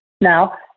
Now